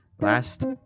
last